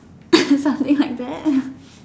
something like that